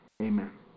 Amen